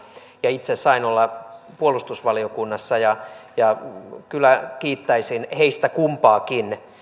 ja itse sain olla puolustusvaliokunnassa kyllä kiittäisin heistä kumpaakin